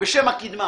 בשם הקידמה.